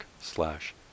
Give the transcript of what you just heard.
slash